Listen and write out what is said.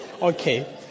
Okay